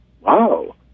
wow